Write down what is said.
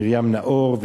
מרים נאור,